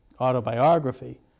autobiography